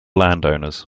landowners